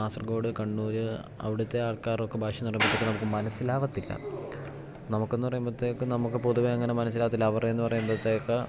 കാസർഗോഡ് കണ്ണൂര് അവിടുത്തെ ആൾക്കാരൊക്കെ ഭാഷ എന്ന് പറയുമ്പത്തേക്കും നമുക്ക് മനസ്സിലാകത്തില്ല നമുക്ക് എന്ന് പറയുമ്പത്തേക്ക് നമുക്ക് പൊതുവേ അങ്ങനെ മനസ്സിലാകത്തില്ല അവരുടേതെന്ന് പറയുമ്പത്തേക്ക്